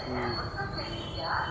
ಸಾಲವನ್ನ ಎಷ್ಟು ಕಂತಿನಾಗ ಕಟ್ಟಬೇಕು?